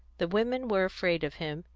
the women were afraid of him,